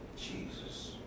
Jesus